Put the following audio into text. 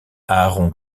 aaron